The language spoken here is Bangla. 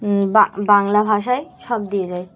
বা বাংলা ভাষায় সব দিয়ে যায়